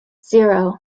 zero